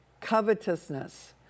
covetousness